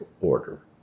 order